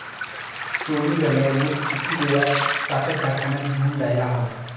तोडणी झाल्यावर ऊस किती वेळात साखर कारखान्यात घेऊन जायला हवा?